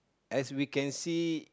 as we can see